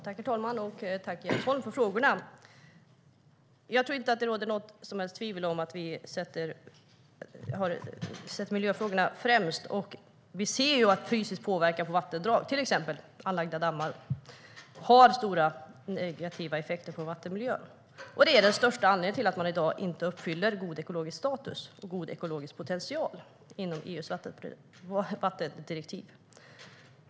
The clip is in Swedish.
Herr talman! Tack, Jens Holm, för frågorna! Jag tror inte att det råder något som helst tvivel om att vi sätter miljöfrågorna främst. Vi ser att fysisk påverkan på vattendrag, till exempel anlagda dammar, har stora negativa effekter på vattenmiljön. Det är den största anledningen till att man i dag inte uppfyller god ekologisk status och god ekologisk potential inom EU:s vattendirektiv.